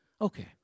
okay